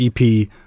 EP